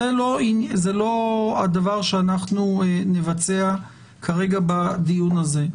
זה לא הדבר שאנחנו נבצע כרגע בדיון הזה.